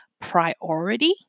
priority